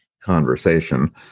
conversation